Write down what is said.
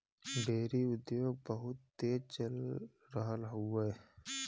dairy उद्योग बहुत तेज चल रहल हउवे